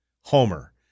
Homer